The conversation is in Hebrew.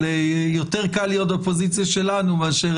אבל יותר קל להיות בפוזיציה שלנו מאשר